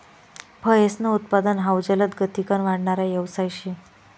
फयेसनं उत्पादन हाउ जलदगतीकन वाढणारा यवसाय शे